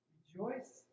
Rejoice